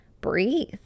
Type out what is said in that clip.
breathe